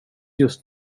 just